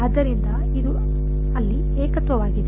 ಆದ್ದರಿಂದ ಇದು ಅಲ್ಲಿ ಏಕತ್ವವಾಗಿದೆ